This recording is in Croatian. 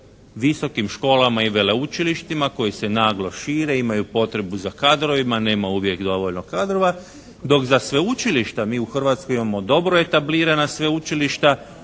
visokim školama i veleučilištima koji se naglo šire. Imaju potrebu za kadrovima. Nema uvijek dovoljno kadrova. Dok za sveučilišta mi u Hrvatskoj imamo dobro etablirana sveučilišta.